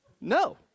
No